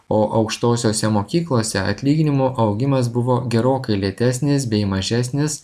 o aukštosiose mokyklose atlyginimų augimas buvo gerokai lėtesnis bei mažesnis